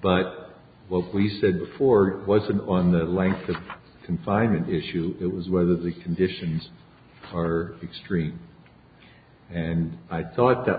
but what we said before wasn't on the length of confinement issue it was whether the conditions are extreme and i thought that